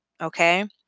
okay